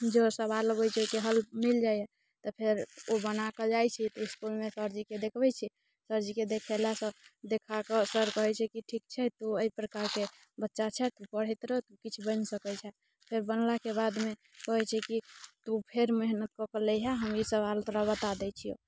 जे सवाल अबैत छै ओहिके हल मिल जाइया तऽ फेर ओ बनाके जाइत छै इसकुलमे सर जीके देखबैत छै सरजीके देखेलासँ देखाकऽ सर कहैत छै कि ठीक छै तो एहि प्रकारके बच्चा छेँ पढ़ैत रह किछु बनि सकैत छेँ फेर बनलाके बादमे कहैत छै कि तो फेर मेहनत कऽके लै हँ हम ई सवाल तोरा बता दै छिऔ